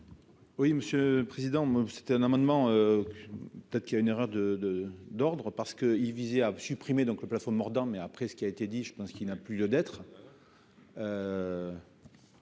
Oui, monsieur le président, moi c'était un amendement qui a une erreur de de d'ordre parce que il visait à supprimer donc le plafond, mordant mais après ce qui a été dit, je pense qu'il n'a plus de d'être.